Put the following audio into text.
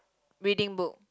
reading book